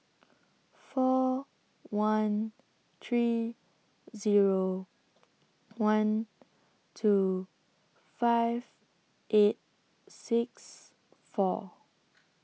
four one three Zero one two five eight six four